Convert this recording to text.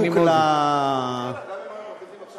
אני מתכוון, שעה וחצי קודם, כפי שהתבקשנו.